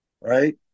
right